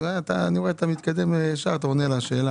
אני רואה שאתה מתקדם, ישר אתה עונה לשאלה.